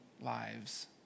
lives